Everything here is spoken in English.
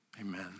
Amen